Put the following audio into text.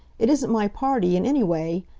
it isn't my party. and anyway